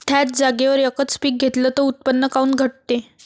थ्याच जागेवर यकच पीक घेतलं त उत्पन्न काऊन घटते?